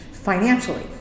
Financially